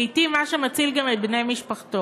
לעתים זה מה שמציל גם את בני משפחתו.